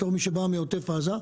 יותר מי שבא מעוטף עזה.